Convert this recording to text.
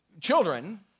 Children